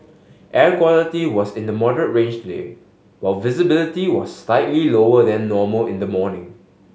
air quality was in the moderate range while visibility was slightly lower than normal in the morning